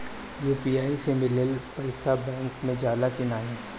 UPI से मिलल पईसा बैंक मे जाला की नाहीं?